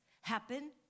happen